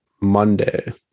Monday